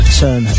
turn